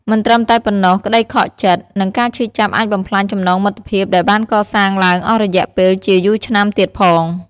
មិនត្រឹមតែប៉ុណ្ណោះ ក្ដីខកចិត្ត និងការឈឺចាប់អាចបំផ្លាញចំណងមិត្តភាពដែលបានកសាងឡើងអស់រយៈពេលជាយូរឆ្នាំទៀតផង។